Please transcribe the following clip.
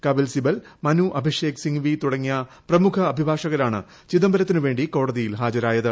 കപിൽ സിബൽ മനു അഭിഷേക് സിങ്വി തുടങ്ങിയ പ്രമുഖ അഭിഭാഷകരാണ് ചിദംബരത്തിന് വേണ്ടി കോടതിയിൽ ഹാജരായത്